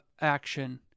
action